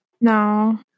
No